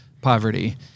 poverty